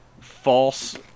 false